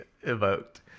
evoked